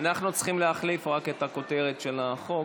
אנחנו צריכים להחליף את הכותרת של החוק,